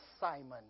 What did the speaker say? Simon